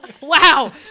wow